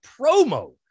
promo